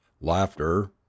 laughter